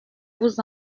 vous